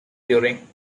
during